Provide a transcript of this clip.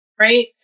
right